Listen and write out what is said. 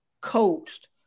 coached